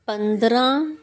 ਪੰਦਰਾਂ